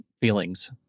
feelings